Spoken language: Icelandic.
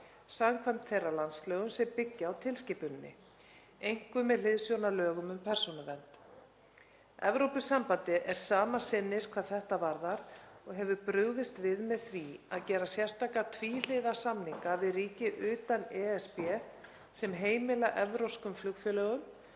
samkvæmt þeirra landslögum sem byggja á tilskipuninni, einkum með hliðsjón af lögum um persónuvernd. Evrópusambandið er sama sinnis hvað þetta varðar og hefur brugðist við með því að gera sérstaka tvíhliða samninga við ríki utan ESB sem heimila evrópskum flugfélögum